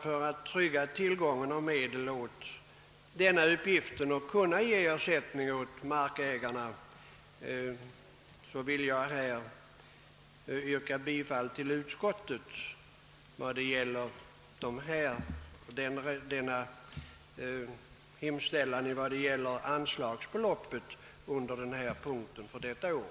För att trygga tillgången på medel för uppgiften att kunna ge ersättning åt markägarna vill jag, herr talman, yrka bifall till utskottets hemställan, vad beträffar "anslagsbeloppet under denna punkt för detta år.